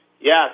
yes